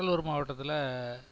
கடலூர் மாவட்டத்தில்